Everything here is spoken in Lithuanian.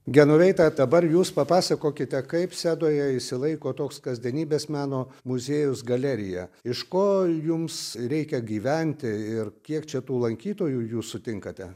genoveita dabar jūs papasakokite kaip sedoje išsilaiko toks kasdienybės meno muziejus galerija iš ko jums reikia gyventi ir kiek čia tų lankytojų jūs sutinkate